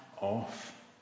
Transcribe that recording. off